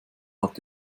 hat